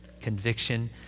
Conviction